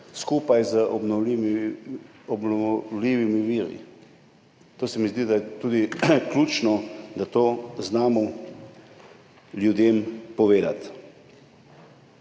skupaj z obnovljivimi viri. To se mi zdi tudi ključno, da to znamo ljudem povedati.